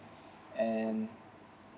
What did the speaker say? and